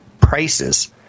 prices